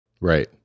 Right